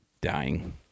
dying